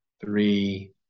three